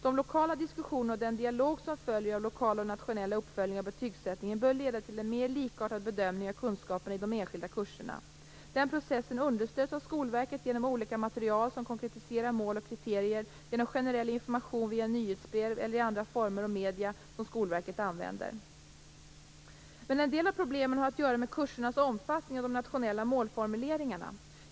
De lokala diskussionerna och den dialog som följer av lokala och nationella uppföljningar av betysättningen bör leda till en mer likartad bedömning av kunskaperna i de enskilda kurserna. Den processen understöds av Skolverket genom olika material som konkretiserar mål och kriterier, genom generell information via nyhetsbrev eller i andra former och medier som Skolverket använder. Men en del av problemen har att göra med kursernas omfattning och de nationella målformuleringarna.